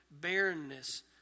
barrenness